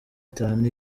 itanu